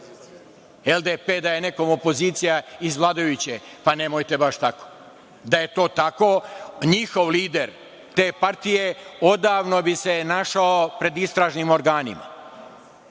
da je nekom opozicija iz vladajuće, pa nemojte baš tako. Da je to tako, njihov lider, te partije, odavno bi se našao pred istražnim organima.